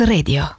Radio